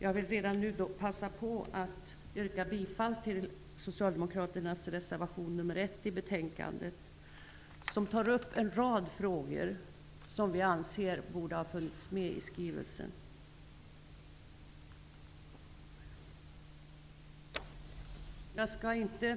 Jag vill redan nu yrka bifall till socialdemokraternas reservation nr 1 i betänkandet, i vilken vi tar upp en rad frågor som vi anser borde ha behandlats i skrivelsen. Jag skall inte